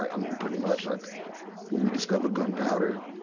i mean, pretty much. like when we discovered gunpowder,